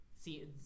See